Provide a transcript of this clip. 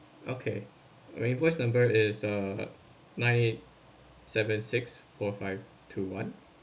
okay invoice number is uh nine seven six four five two one